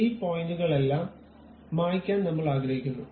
ഈ പോയിന്റുകളെല്ലാം മായ്ക്കാൻ നമ്മൾ ആഗ്രഹിക്കുന്നു